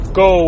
go